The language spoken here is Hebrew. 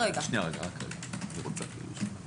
אני רוצה להוסיף למה שהיא אמרה, שלפי הדוח שלנו,